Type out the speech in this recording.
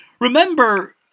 Remember